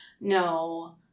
no